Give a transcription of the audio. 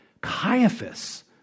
Caiaphas